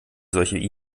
solche